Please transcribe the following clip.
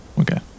Okay